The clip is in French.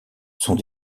sont